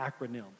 acronym